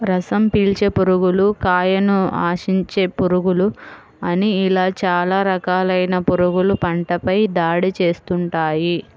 రసం పీల్చే పురుగులు, కాయను ఆశించే పురుగులు అని ఇలా చాలా రకాలైన పురుగులు పంటపై దాడి చేస్తుంటాయి